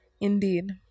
Indeed